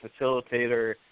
facilitator